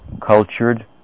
cultured